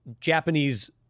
Japanese